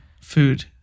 food